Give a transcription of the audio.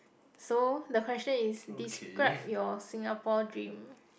so the question is describe your Singapore dream